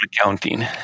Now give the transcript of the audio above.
accounting